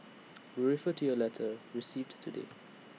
we refer to your letter received today